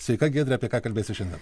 sveika giedrė apie ką kalbėsi šiandien